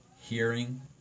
hearing